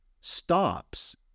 stops